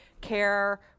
care